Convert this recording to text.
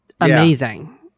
amazing